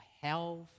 health